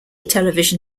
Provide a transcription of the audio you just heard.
television